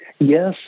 Yes